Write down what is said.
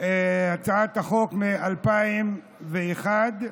הצעת חוק מ-2001,